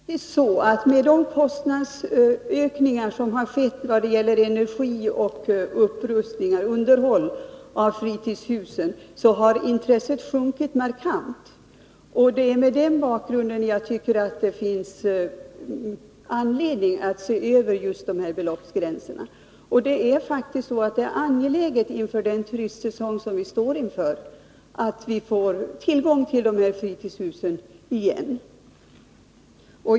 Herr talman! På grund av de kostnadsökningar som har skett i vad gäller energi, upprustning och underhåll av fritidshus, har intresset sjunkit markant. Det är mot den bakgrunden jag tycker att det finns anledning att se över just de här beloppsgränserna. Det är med tanke på den turistsäsong som vi står inför faktiskt angeläget att vi på nytt får tillgång till de här fritidshusen.